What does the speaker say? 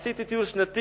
עשיתי טיול שנתי,